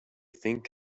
think